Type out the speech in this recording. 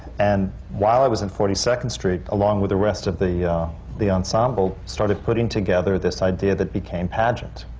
and while i was in forty-second street, along with the rest of the the ensemble, started putting together this idea that became pageant.